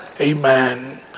Amen